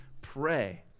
pray